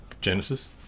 Genesis